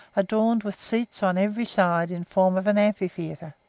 adorned with seats on every side in form of an amphitheatre.